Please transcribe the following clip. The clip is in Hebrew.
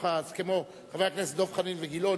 כמו חברי הכנסת דב חנין וגילאון,